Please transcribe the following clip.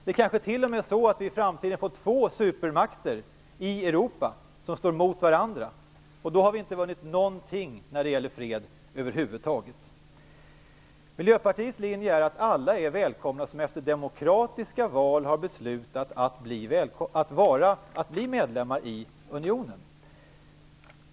Det är kanske t.o.m. så att vi i framtiden får två supermakter i Europa som står mot varandra, och då har vi inte vunnit någonting när det gäller fred över huvud taget. Miljöpartiets linje är att alla är välkomna som efter demokratiska val har beslutat att bli medlemmar i unionen.